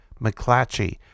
McClatchy